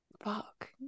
fuck